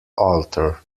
alter